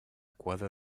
quadra